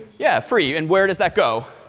yeah, free, and where does that go?